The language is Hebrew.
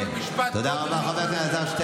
כל משפט פה הוא חילול השם.